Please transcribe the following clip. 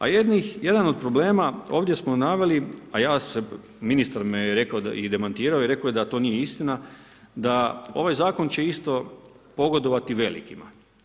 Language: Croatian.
A jedan od problema ovdje smo naveli, ministar mi je rekao i demantirao i rekao da to nije istina da ovaj zakon će isto pogodovati velikima.